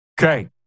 Okay